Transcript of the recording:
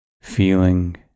feeling